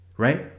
Right